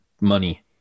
money